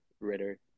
Ritter